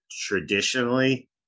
traditionally